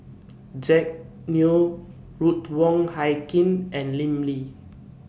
Jack Neo Ruth Wong Hie King and Lim Lee